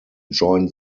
join